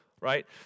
right